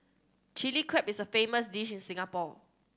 Chilli Crab is a famous dish in Singapore